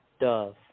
Dove